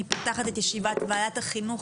אני פותחת את ישיבת ועדת החינוך,